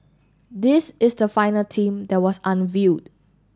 this is the final team that was unveiled